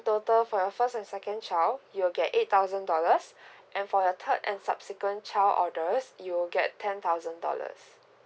in total for your first and second child you will get eight thousand dollars and for the third and subsequent child orders you'll get ten thousand dollars